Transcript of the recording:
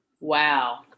Wow